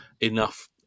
enough